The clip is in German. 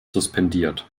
suspendiert